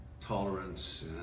tolerance